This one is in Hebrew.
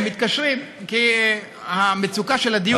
הם מתקשרים כי המצוקה של הדיור,